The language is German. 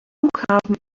flughafen